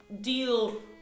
deal